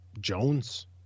Jones